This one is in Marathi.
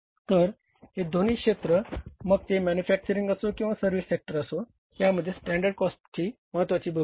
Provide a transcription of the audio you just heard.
तर हे दोन्ही क्षेत्र मग ते मॅन्युफॅक्चरिंग असो की सर्व्हिसेस सेक्टर असो यामध्ये स्टँडर्ड कॉस्टची महत्वाची भूमिका आहे